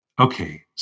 Okay